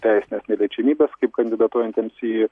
teisines neliečiamybes kaip kandidatuojantiems į